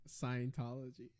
scientology